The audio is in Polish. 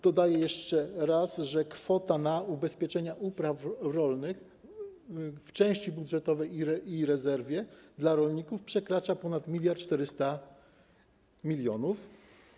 Dodaję jeszcze raz, że kwota na ubezpieczenia upraw rolnych w części budżetowej i rezerwie dla rolników przekracza 1400 mln.